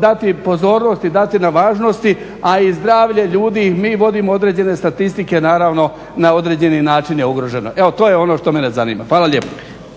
dati pozornost i dati na važnosti, a i zdravlje ljudi, mi vodimo određene statistike, naravno na određeni načine ugroženo. Evo to je ono što mene zanima. Hvala lijepo.